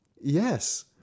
Yes